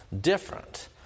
different